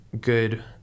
good